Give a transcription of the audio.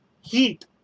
heat